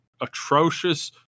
atrocious